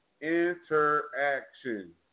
Interaction